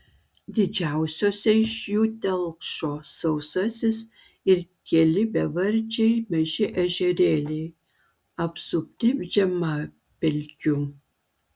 didžiausiose iš jų telkšo sausasis ir keli bevardžiai maži ežerėliai apsupti žemapelkių